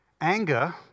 Anger